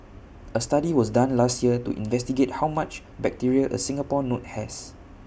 A study was done last year to investigate how much bacteria A Singapore note has